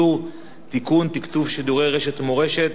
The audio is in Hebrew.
תקצוב שידורי רשת מורשת); הנמקה מהמקום.